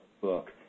book